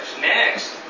Next